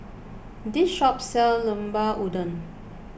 this shop sell Llemper Udang